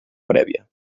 prèvia